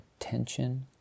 attention